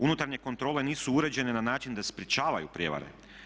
Unutarnje kontrole nisu uređene na način da sprječavaju prijevare.